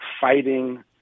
fighting